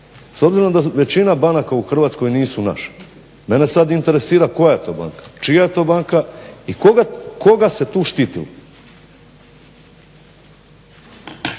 S obzirom da većina banaka u Hrvatskoj nisu naše, mene sad interesira koja je to banka, čija je to banka i koga se tu štitilo?